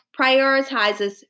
prioritizes